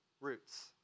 roots